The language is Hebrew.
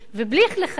ובלי לחייב,